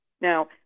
now